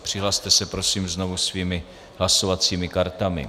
Přihlaste se prosím znovu svými hlasovacími kartami.